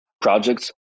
projects